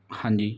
ਹਾਂਜੀ